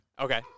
Okay